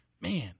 man